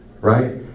right